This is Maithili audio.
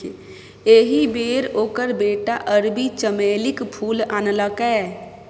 एहि बेर ओकर बेटा अरबी चमेलीक फूल आनलकै